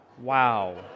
Wow